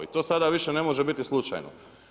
I to sada više ne može biti slučajno.